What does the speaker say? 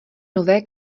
nové